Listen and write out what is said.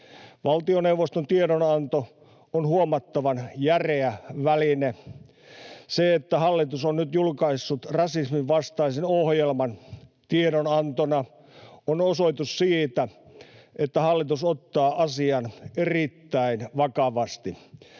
Valtioneuvoston tiedonanto on huomattavan järeä väline. Se, että hallitus on nyt julkaissut rasismin vastaisen ohjelman tiedonantona, on osoitus siitä, että hallitus ottaa asian erittäin vakavasti